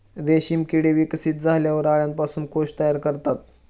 रेशीम किडे विकसित झाल्यावर अळ्यांपासून कोश तयार करतात